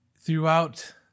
throughout